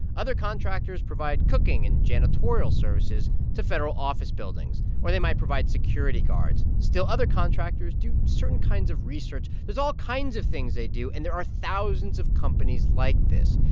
other contractors provide cooking and janitorial services to federal office buildings, or they might provide security guards. still, other contractors do certain kinds of research. there's all kinds of things they do, and there are thousands of companies like this.